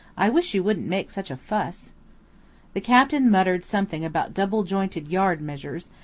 i wish you wouldn't make such a fuss the captain muttered something about double-jointed yard measures,